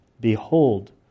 behold